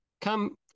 Come